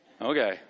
Okay